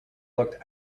looked